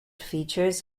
features